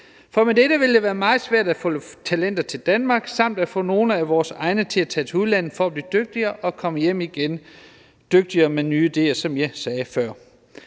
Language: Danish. For med dette ville det være meget svært at få talenter til Danmark samt at få nogle af vores egne til at tage til udlandet for at blive dygtigere og komme hjem igen dygtigere og med nye ideer, som jeg sagde før.